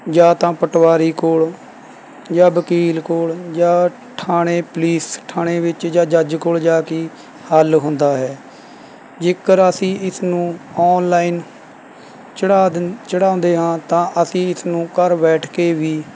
ਜਾਂ ਤਾਂ ਪਟਵਾਰੀ ਕੋਲ਼ ਜਾਂ ਵਕੀਲ ਕੋਲ਼ ਜਾਂ ਥਾਣੇ ਪੁਲੀਸ ਥਾਣੇ ਵਿੱਚ ਜਾਂ ਜੱਜ ਕੋਲ਼ ਜਾ ਕੇ ਹੱਲ ਹੁੰਦਾ ਹੈ ਜੇਕਰ ਅਸੀਂ ਇਸਨੂੰ ਔਨਲਾਈਨ ਚੜ੍ਹਾ ਦਿੰਦੇ ਚੜ੍ਹਾਉਂਦੇ ਹਾਂ ਤਾਂ ਅਸੀਂ ਇਸਨੂੰ ਘਰ ਬੈਠ ਕੇ ਵੀ